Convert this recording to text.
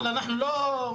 מה זה?